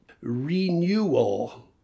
renewal